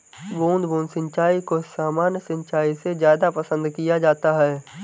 बूंद बूंद सिंचाई को सामान्य सिंचाई से ज़्यादा पसंद किया जाता है